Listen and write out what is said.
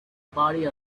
body